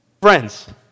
Friends